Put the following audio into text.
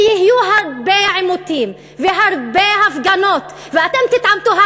ויהיו הרבה עימותים, והרבה הפגנות, ואתם תתעמתו.